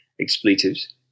expletives